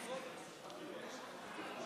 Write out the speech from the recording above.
אדוני